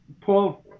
Paul